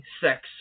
sex